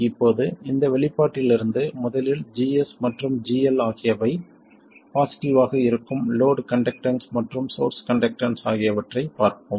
இப்போது இந்த வெளிப்பாட்டிலிருந்து முதலில் GS மற்றும் GL ஆகியவை பாசிட்டிவ் ஆக இருக்கும் லோட் கண்டக்டன்ஸ் மற்றும் சோர்ஸ் கண்டக்டன்ஸ் ஆகியவற்றைப் பார்ப்போம்